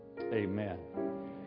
amen